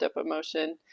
emotion